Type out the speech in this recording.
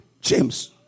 james